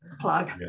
plug